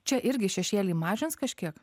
čia irgi šešėlį mažins kažkiek